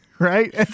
Right